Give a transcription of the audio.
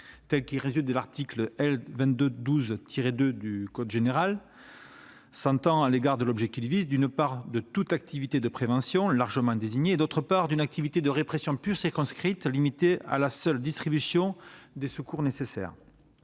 tel qu'il résulte de l'article L. 2212-2 du code général des collectivités territoriales, s'entend, à l'égard de l'objet qu'il vise, d'une part, de toute activité de prévention, largement désignée, et, d'autre part, d'une activité de répression plus circonscrite, limitée à la seule « distribution des secours nécessaires